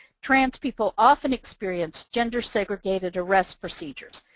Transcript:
trans people often experience gender-segregated arrest procedures,